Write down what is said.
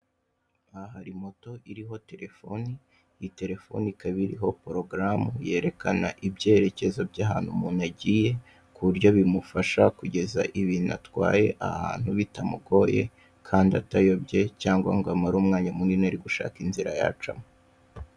Aha hari moto iriho telefone, iyi telefone ikaba iriho porogaramu yerekana ibyerekezo by'ahantu umuntu agiye, ku buryo bimufasha kugeza ibintu atwaye ahantu bitamugoye kandi atayobye cyangwa ngo amare umwanya munini ari gushaka inzira yacamo.